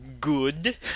good